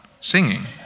singing